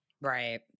Right